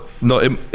no